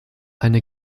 eine